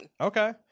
okay